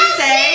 say